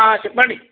చెప్పండి